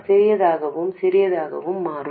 சிறியதாகவும் சிறியதாகவும் மாறும்